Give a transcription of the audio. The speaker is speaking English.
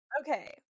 Okay